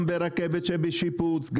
גם ברכבת שבשיפוץ,